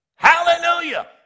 Hallelujah